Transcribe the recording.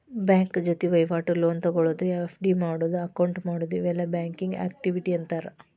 bank ಜೊತಿ ವಹಿವಾಟು, loan ತೊಗೊಳೋದು, ಎಫ್.ಡಿ ಮಾಡಿಡೊದು, ಅಕೌಂಟ್ ಮಾಡೊದು ಇವೆಲ್ಲಾ ಬ್ಯಾಂಕಿಂಗ್ ಆಕ್ಟಿವಿಟಿ ಅಂತಾರ